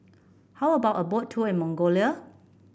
how about a Boat Tour in Mongolia